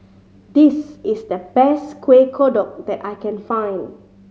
this is the best Kuih Kodok that I can find